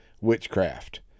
witchcraft